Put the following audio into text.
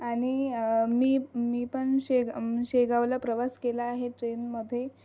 आणि मी मी पण शेग शेगावला प्रवास केला आहे ट्रेनमध्ये